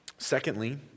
Secondly